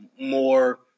more